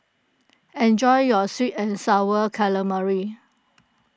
enjoy your Sweet and Sour Calamari